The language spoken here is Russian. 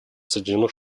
соединенных